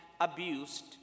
abused